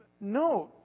no